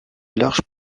larges